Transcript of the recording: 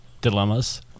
Dilemmas